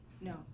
No